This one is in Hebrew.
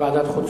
לוועדת החוץ